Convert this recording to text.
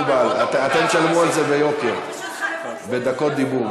זה לא מקובל, אתם תשלמו על זה ביוקר, בדקות דיבור.